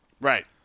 Right